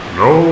no